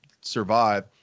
survive